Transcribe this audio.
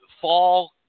fall